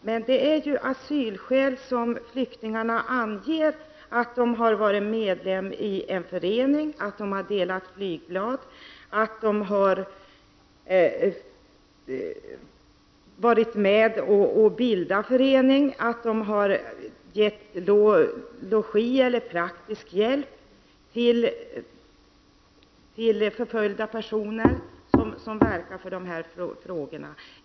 Men de skäl till asyl som flyktingarna anger är att de har varit medlemmar i en förening, att de har delat ut flygblad, att de har varit med och bildat föreningar och att de har gett logi eller praktisk hjälp till förföljda personer som arbetar med dessa frågor.